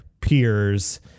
peers